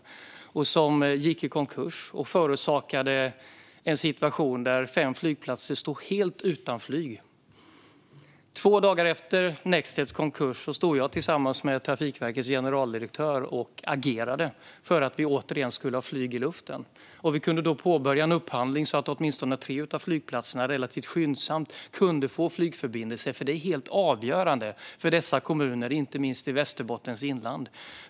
Bolaget gick i konkurs och förorsakade en situation där fem flygplatser stod helt utan flyg. Två dagar efter Nextjets konkurs stod jag tillsammans med Trafikverkets generaldirektör och agerade för att vi återigen skulle ha flyg i luften. Vi kunde då påbörja en upphandling så att åtminstone tre av flygplatserna relativt skyndsamt kunde få flygförbindelse. Det är helt avgörande för dessa kommuner, inte minst i Västerbottens inland.